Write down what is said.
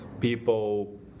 people